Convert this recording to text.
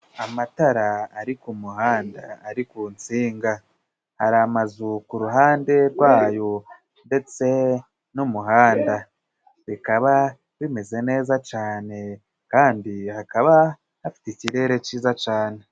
Amatara ari ku muhanda ari ku nsinga. Hari amazu ku ruhande rwayo ndetse n'umuhanda, bikaba bimeze neza cane kandi hakaba hafite ikirere ciza cane.